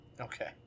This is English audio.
Okay